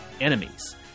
enemies